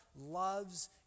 loves